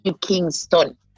Kingston